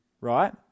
right